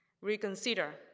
reconsider